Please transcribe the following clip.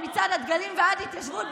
ממצעד הדגלים ועד התיישבות,